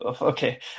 okay